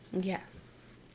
Yes